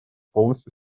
полностью